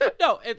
No